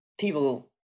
People